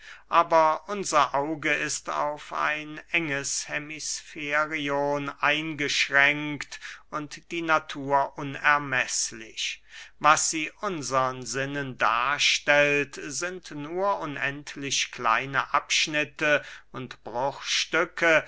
aber unser auge ist auf ein enges hemisfärion eingeschränkt und die natur unermeßlich was sie unsern sinnen darstellt sind nur unendlich kleine abschnitte und